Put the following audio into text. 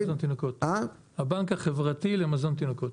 הבנק החברתי למזון תינוקות.